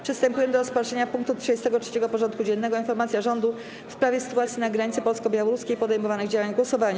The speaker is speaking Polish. Przystępujemy do rozpatrzenia punktu 33. porządku dziennego: Informacja rządu w sprawie sytuacji na granicy polsko-białoruskiej i podejmowanych działań - głosowanie.